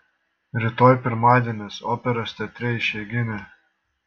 rytoj pirmadienis operos teatre išeiginė